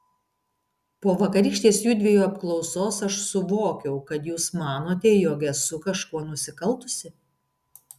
po vakarykštės judviejų apklausos aš suvokiau kad jūs manote jog esu kažkuo nusikaltusi